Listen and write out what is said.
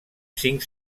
cinc